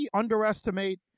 underestimate